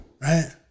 Right